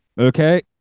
Okay